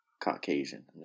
Caucasian